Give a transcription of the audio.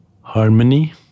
harmony